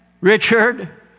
Richard